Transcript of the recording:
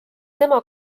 tema